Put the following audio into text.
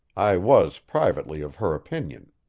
i was privately of her opinion.